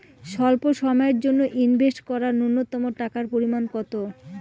স্বল্প সময়ের জন্য ইনভেস্ট করার নূন্যতম টাকার পরিমাণ কত?